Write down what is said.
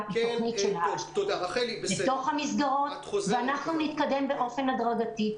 בתוך המסגרות ואנחנו נתקדם באופן הדרגתי.